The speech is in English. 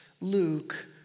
Luke